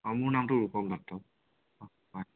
অঁ মোৰ নামটো ৰুপম দত্ত হয়